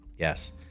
Yes